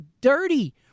dirty